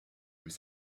with